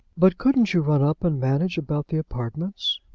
but couldn't you run up and manage about the apartments?